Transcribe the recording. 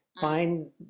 find